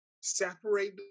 separate